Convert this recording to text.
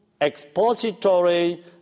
expository